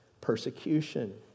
persecution